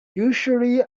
usually